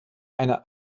eine